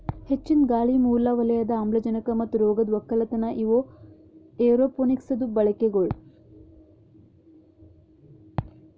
ಹೆಚ್ಚಿಂದ್ ಗಾಳಿ, ಮೂಲ ವಲಯದ ಆಮ್ಲಜನಕ ಮತ್ತ ರೋಗದ್ ಒಕ್ಕಲತನ ಇವು ಏರೋಪೋನಿಕ್ಸದು ಬಳಿಕೆಗೊಳ್